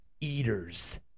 eaters